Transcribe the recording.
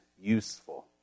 useful